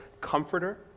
comforter